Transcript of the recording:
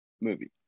movie